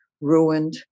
ruined